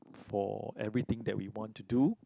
for everything that we want to do